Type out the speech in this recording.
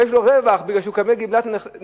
כבר יש לו רווח, כי הוא מקבל גמלת נכות,